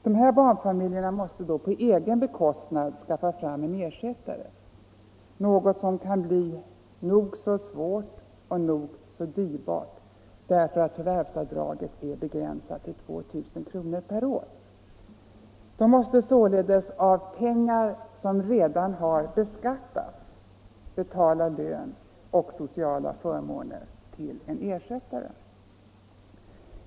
Dessa barnfamiljer måste då på egen bekostnad skaffa fram en ersättare, något som kan bli nog så svårt och nog så dyrbart, därför att förvärvsavdraget är begränsat till 2000 kr. per år. De måste således av redan beskattade pengar betala lön och sociala förmåner till en ersättare.